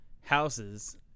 houses